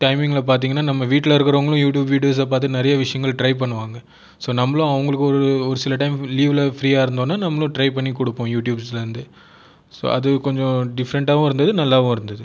டைம்மிங்கில் பார்த்தீங்கன்னா நம்ம வீட்டில் இருக்கிறவங்களும் யூடியூப் வீடியோஸை பார்த்து நிறைய விஷயங்கள் ட்ரை பண்ணுவாங்கள் ஸோ நம்மளும் அவங்களுக்கு ஒரு ஒரு சில டைம் லீவ்வில் ஃப்ரியாக இருந்தோம்னா நம்மளும் ட்ரை பண்ணி கொடுப்போம் யூடியூப்ஸ்லேருந்து ஸோ அது கொஞ்சம் டிஃப்ரெண்டாவும் இருந்தது நல்லாவும் இருந்தது